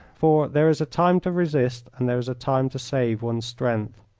for there is a time to resist and there is a time to save one's strength.